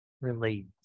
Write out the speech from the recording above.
relate